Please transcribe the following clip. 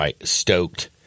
stoked